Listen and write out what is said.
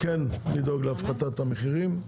כן לדאוג להפחתת המחירים,